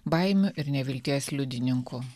baimių ir nevilties liudininku